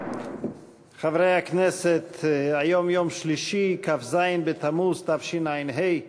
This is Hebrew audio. חברי הכנסת, היום יום שלישי, כ"ז בתמוז תשע"ה,